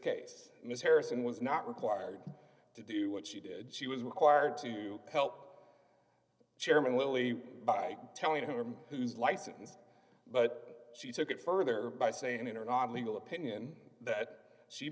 case ms harrison was not required to do what she did she was required to help chairman willie by telling him whose license but she took it further by saying or not a legal opinion that she